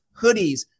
hoodies